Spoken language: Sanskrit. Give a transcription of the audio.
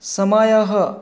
समयः